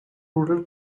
rural